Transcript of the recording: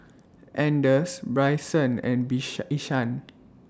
Anders Brycen and Ishaan